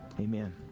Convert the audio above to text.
amen